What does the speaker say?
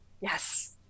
Yes